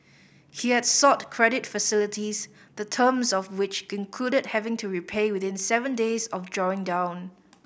he had sought credit facilities the terms of which included having to repay within seven days of drawing down